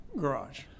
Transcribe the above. garage